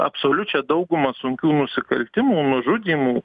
absoliučią daugumą sunkių nusikaltimų nužudymų